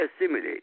assimilate